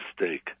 mistake